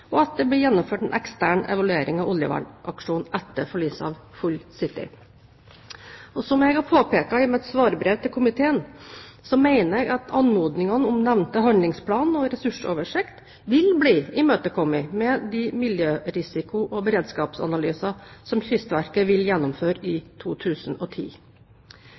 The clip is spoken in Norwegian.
og at det blir gjennomført en ekstern evaluering av oljevernaksjonen etter forliset av «Full City». Som jeg har påpekt i mitt svarbrev til komiteen, mener jeg at anmodningene om nevnte handlingsplan og ressursoversikt vil bli imøtekommet med de miljørisiko- og beredskapsanalyser som Kystverket vil gjennomføre i 2010.